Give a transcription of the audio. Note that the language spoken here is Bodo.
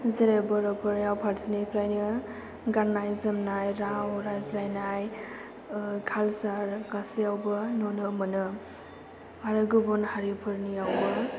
जेरै बर' फोरनिआव फारसेनिफ्रायनो गाननाय जोमनाय राव रायज्लायनाय कालचार गासैयावबो नुनो मोनो आरो गुबुन हारिफोरनियावबो